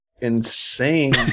insane